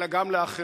אלא גם לאחרים.